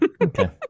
Okay